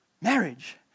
marriage